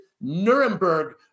Nuremberg